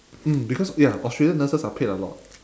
mm because ya australian nurses are paid a lot